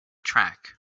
track